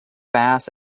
bass